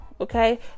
okay